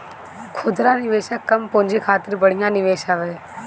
खुदरा निवेशक कम पूंजी खातिर बढ़िया निवेश हवे